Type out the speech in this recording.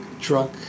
truck